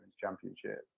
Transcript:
Championship